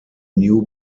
new